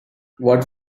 what